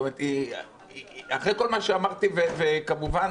אחרי מה שאמרתי וכמובן